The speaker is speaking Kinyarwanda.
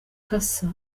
cassa